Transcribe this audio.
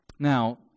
Now